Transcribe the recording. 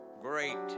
great